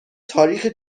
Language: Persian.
تاریخی